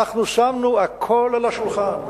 אנחנו שמנו הכול על השולחן,